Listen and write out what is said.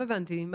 לא הבנתי.